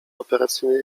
operacyjny